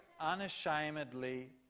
unashamedly